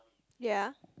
ya